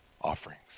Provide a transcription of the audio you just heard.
offerings